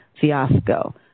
fiasco